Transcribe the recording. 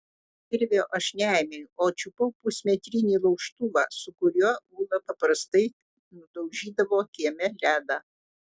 kirvio aš neėmiau o čiupau pusmetrinį laužtuvą su kuriuo ula paprastai nudaužydavo kieme ledą